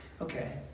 Okay